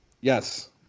Yes